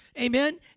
Amen